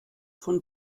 von